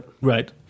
Right